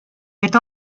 est